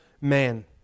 man